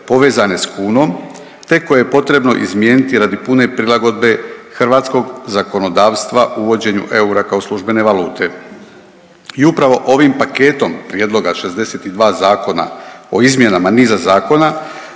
povezane sa kunom te koje je potrebno izmijeniti radi pune prilagodbe hrvatskog zakonodavstva uvođenju eura kao službene valute. I upravo ovim paketom prijedloga 62 zakona o izmjenama niza zakona